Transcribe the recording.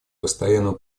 постоянного